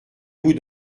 vous